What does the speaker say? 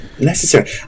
necessary